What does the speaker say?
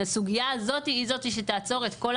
הסוגייה הזאת היא זאת שתעצור את כל